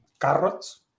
carrots